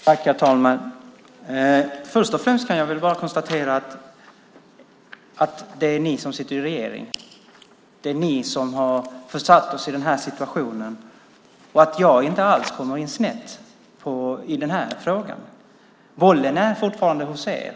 Herr talman! Först och främst kan jag konstatera att det är ni som sitter i regering. Det är ni som har försatt oss i den här situationen. Jag har inte alls kommit in snett i den här frågan. Bollen är fortfarande hos er.